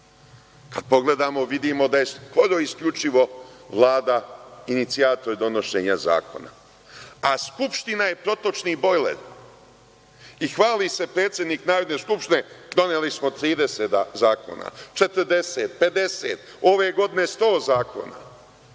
Kada pogledamo, vidimo da je skoro isključivo Vlada inicijator donošenja zakona, a Skupština je protočni bojler. I hvali se predsednik Narodne skupštine - doneli smo 30 zakona, 40, 50, ove godine 100 zakona.